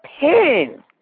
pain